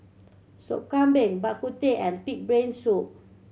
Sop Kambing Bak Kut Teh and pig brain soup